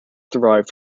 derived